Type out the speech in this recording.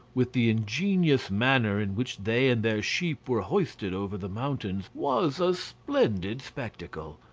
with the ingenious manner in which they and their sheep were hoisted over the mountains, was a splendid spectacle.